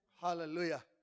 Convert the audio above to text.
Hallelujah